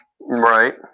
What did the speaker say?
Right